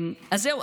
אז זהו,